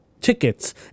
tickets